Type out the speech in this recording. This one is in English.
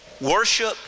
Worship